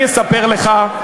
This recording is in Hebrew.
אני אספר לך,